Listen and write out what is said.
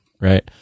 right